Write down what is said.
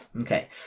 Okay